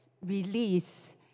Release